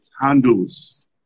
handles